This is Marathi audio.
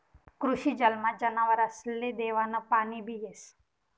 कृषी जलमा जनावरसले देवानं पाणीबी येस